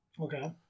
Okay